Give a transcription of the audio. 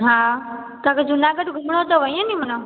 हा तव्हांखे जूनागढ़ घुमणो अथव ईअं नी माना